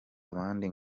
abandi